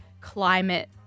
climate